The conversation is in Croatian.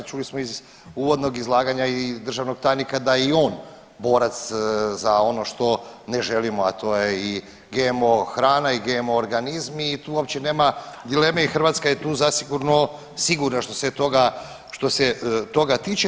Čuli smo iz uvodnog izlaganja i državnog tajnika da je i on borac za ono što ne želimo, a to je i GMO hrana i GMO organizmi i tu uopće nema dileme i Hrvatska je tu zasigurno sigurna što se toga, što se toga tiče.